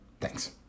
Thanks